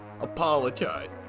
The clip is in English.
Apologize